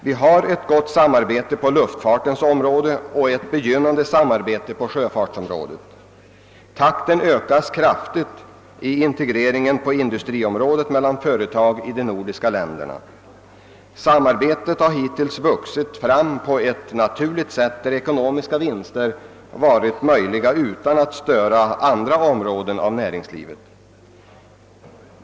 Vi har ett gott samarbete på luftfartens område och ett begynnande samarbete på sjö fartsområdet. Takten ökas kraftigt när det gäller integreringen på industriområdet mellan företag i de nordiska länderna. Samarbetet har hittills vuxit fram på ett naturligt sätt när det varit möjligt att åstadkomma ekonomiska vinster utan att störa andra områden av näringslivet.